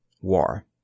War